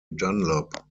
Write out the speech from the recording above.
dunlop